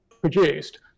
produced